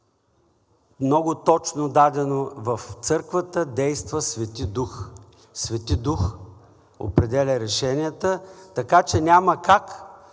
много точно дадено – „в църквата действа Свети Дух“. Свети Дух определя решенията, така че няма как,